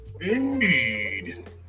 Indeed